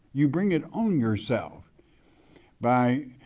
you bring it on yourself by,